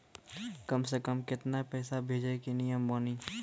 कम से कम केतना पैसा भेजै के नियम बानी?